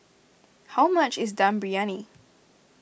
how much is Dum Briyani